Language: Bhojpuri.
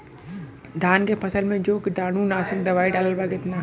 धान के फसल मे जो कीटानु नाशक दवाई डालब कितना?